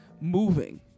moving